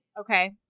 okay